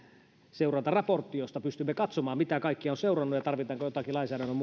seurantaraportti josta pystymme katsomaan mitä kaikkea on seurannut ja tarvitaanko joitakin lainsäädännön